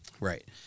Right